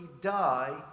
die